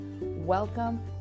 Welcome